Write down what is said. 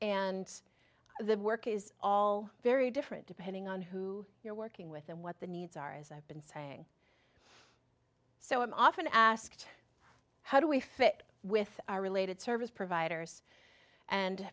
and the work is all very different depending on who you're working with and what the needs are as i've been saying so i'm often asked how do we fit with related service providers and